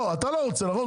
לא, אתה לא רוצה נכון?